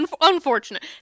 Unfortunate